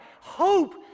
hope